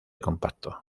compacto